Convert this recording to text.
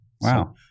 wow